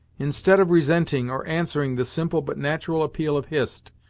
instead of resenting, or answering the simple but natural appeal of hist,